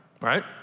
Right